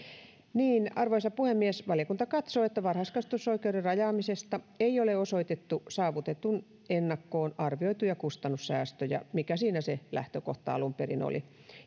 on selvittänyt arvoisa puhemies valiokunta katsoo että varhaiskasvatusoikeuden rajaamisesta ei ole osoitettu saavutetun ennakkoon arvioituja kustannussäästöjä mikä siinä se lähtökohta alun perin oli